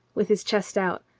with his chest out,